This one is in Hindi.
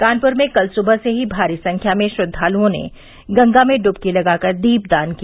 कानपुर में कल सुबह से ही भारी संख्या में श्रद्वालुओं ने गंगा में डुबकी लगा कर दीप दान किया